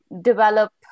develop